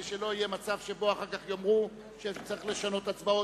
כדי שלא יהיה מצב שבו אחר כך יאמרו שצריך לשנות הצבעות.